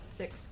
six